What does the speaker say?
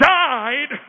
died